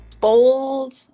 Bold